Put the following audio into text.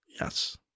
Yes